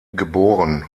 geboren